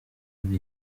uri